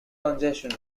congestion